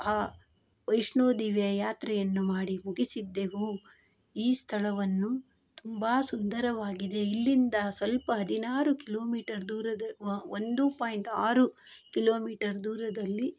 ಆ ವೈಷ್ಣೋದೇವಿಯ ಯಾತ್ರೆಯನ್ನು ಮಾಡಿ ಮುಗಿಸಿದ್ದೆವು ಈ ಸ್ಥಳವನ್ನು ತುಂಬ ಸುಂದರವಾಗಿದೆ ಇಲ್ಲಿಂದ ಸ್ವಲ್ಪ ಹದಿನಾರು ಕಿಲೋಮೀಟರ್ ದೂರದ ಒಂದು ಪಾಯಿಂಟ್ ಆರು ಕಿಲೋಮೀಟರ್ ದೂರದಲ್ಲಿ